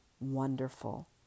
wonderful